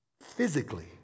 physically